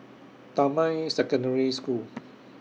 Damai Secondary School